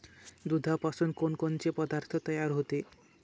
दुधापासून कोनकोनचे पदार्थ तयार होते?